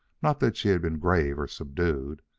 not that she had been grave or subdued.